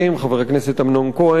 חבר הכנסת אמנון כהן,